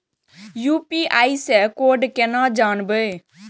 UPI से code केना जानवै?